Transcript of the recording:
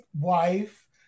wife